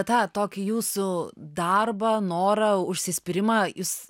tą tokį jūsų darbą norą užsispyrimą jūs